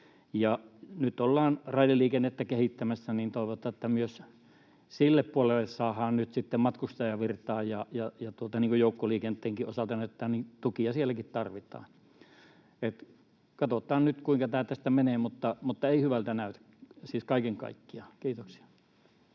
Nyt ollaan raideliikennettä kehittämässä, ja toivotaan, että myös sille puolelle saadaan nyt sitten matkustajavirtaa. Niin kuin joukkoliikenteenkin osalta näyttää, tukia sielläkin tarvitaan. Katsotaan nyt, kuinka tämä tästä menee, mutta ei hyvältä näytä, siis kaiken kaikkiaan. — Kiitoksia.